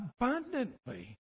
abundantly